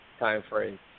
timeframe